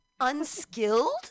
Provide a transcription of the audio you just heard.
unskilled